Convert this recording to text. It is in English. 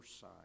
side